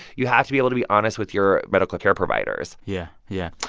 you have to be able to be honest with your medical care providers yeah, yeah.